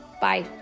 Bye